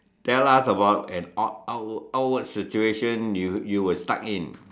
tell us about an awk~ awkward awkward situation you you were stuck in